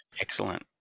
excellent